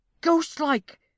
ghost-like